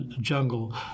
jungle